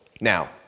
Now